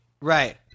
Right